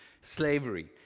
slavery